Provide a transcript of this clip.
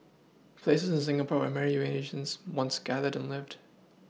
places in Singapore where many Eurasians once gathered and lived